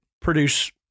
produce